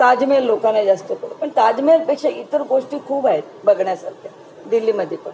ताजमहेल लोकांना जास्त करतो पण ताजमहलपेक्षा इतर गोष्टी खूप आहेत बघण्यासारख्या दिल्लीमध्ये पण